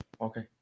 Okay